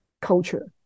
culture